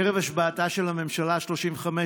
ערב השבעתה של הממשלה השלושים-וחמש,